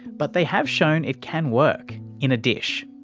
but they have shown it can work in a dish.